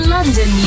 London